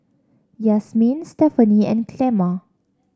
Yasmine Stephany and Clemma